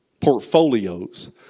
portfolios